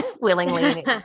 willingly